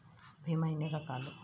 భీమ ఎన్ని రకాలు?